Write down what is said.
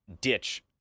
ditch –